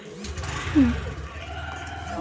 बिचन के नाम की छिये?